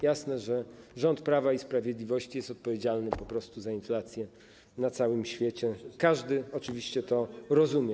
Jasne, że rząd Prawa i Sprawiedliwości jest odpowiedzialny za inflację na całym świecie, każdy to oczywiście rozumie.